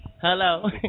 Hello